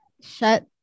Shut